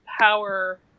power